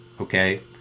okay